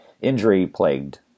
Injury-plagued